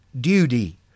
duty